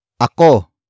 Ako